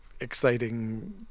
exciting